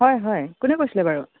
হয় হয় কোনে কৈছিলে বাৰু